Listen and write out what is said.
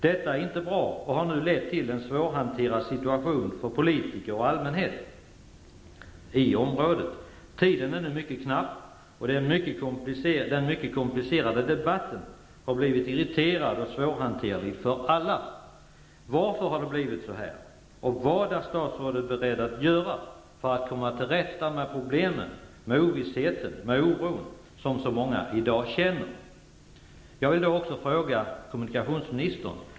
Detta är inte bra och har nu lett till en svårhanterlig situation för politiker och allmänhet i området. Tiden är nu mycket knapp, och den mycket komplicerade debatten har blivit irriterad och svårhanterlig för alla. Varför har det blivit så här? Vad är statsrådet beredd att göra för att komma till rätta med problemen, ovissheten och den oro som så många i dag känner?